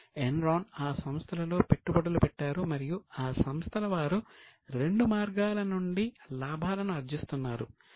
Enron ఆ సంస్థలలో పెట్టుబడులు పెట్టారు మరియు ఆ సంస్థల వారు రెండు మార్గాల నుండి లాభాలను ఆర్జిస్తున్నారు